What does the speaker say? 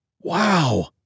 Wow